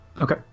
Okay